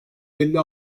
elli